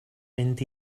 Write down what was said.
mynd